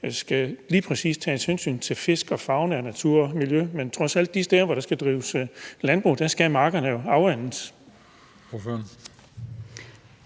skal tages hensyn til fisk og fauna og natur og miljø, gør vi det, men trods alt de steder, hvor der skal drives landbrug, skal markerne jo afvandes.